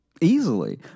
Easily